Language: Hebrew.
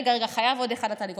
רגע, חייבת עוד אחד על טלי גוטליב.